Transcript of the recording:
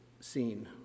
scene